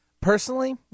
Personally